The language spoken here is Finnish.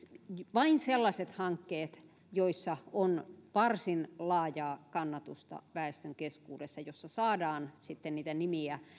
vain sellaiset hankkeet joissa on varsin laajaa kannatusta väestön keskuudessa jossa saadaan sitten niitä nimiä